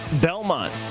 Belmont